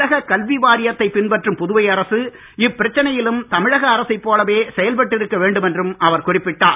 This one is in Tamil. தமிழக கல்வி வாரியத்தை பின்பற்றும் புதுவை அரசு இப்பிரச்சனையிலும் தமிழக அரசைப் போலவே செயல்பட்டிருக்க வேண்டும் என்றும் அவர் குறிப்பிட்டார்